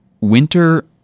winter